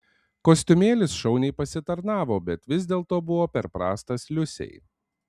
kostiumėlis šauniai pasitarnavo bet vis dėlto buvo per prastas liusei